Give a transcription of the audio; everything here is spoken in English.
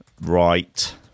right